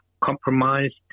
compromised